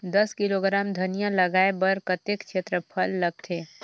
दस किलोग्राम धनिया लगाय बर कतेक क्षेत्रफल लगथे?